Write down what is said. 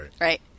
right